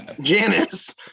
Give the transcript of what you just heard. Janice